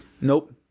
nope